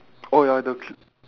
oh ya the cl~